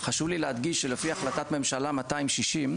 חשוב לי להדגיש שלפי החלטת ממשלה 260,